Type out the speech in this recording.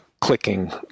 clicking